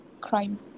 crime